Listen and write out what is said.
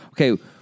okay